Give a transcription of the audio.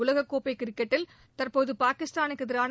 உலகக் கோப்பை கிரிக்கெட்டில் தற்போது பாகிஸ்தானுக்கு எதிரான